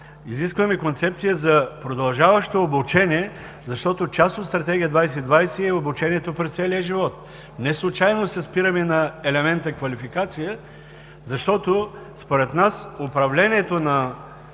Изискваме концепция за продължаващо обучение, защото част от Стратегия 2020 е обучението през целия живот. Неслучайно се спираме на елемента квалификация, защото според нас управлението на